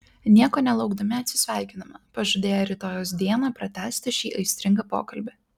nieko nelaukdami atsisveikinome pažadėję rytojaus dieną pratęsti šį aistringą pokalbį